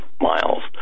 miles